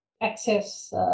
access